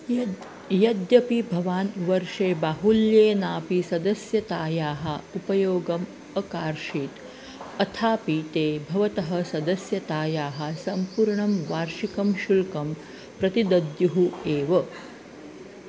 यत् यद्यपि भवान् वर्षे बाहुल्येनापि सदस्यतायाः उपयोगम् अकार्षीत् अथापि ते भवतः सदस्यतायाः सम्पूर्णं वार्षिकं शुल्कं प्रतिदद्युः एव